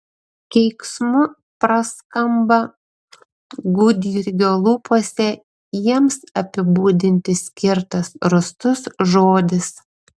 keiksmu praskamba gudjurgio lūpose jiems apibūdinti skirtas rūstus žodis